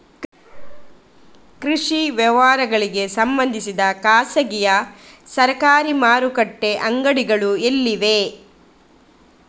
ಕೃಷಿ ವ್ಯವಹಾರಗಳಿಗೆ ಸಂಬಂಧಿಸಿದ ಖಾಸಗಿಯಾ ಸರಕಾರಿ ಮಾರುಕಟ್ಟೆ ಅಂಗಡಿಗಳು ಎಲ್ಲಿವೆ?